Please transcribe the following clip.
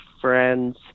friends